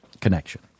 connection